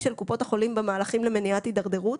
של קופות החולים במהלכים למניעת הידרדרות.